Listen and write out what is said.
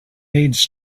needs